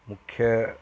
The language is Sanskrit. मुख्यः